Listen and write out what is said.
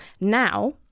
Now